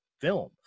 film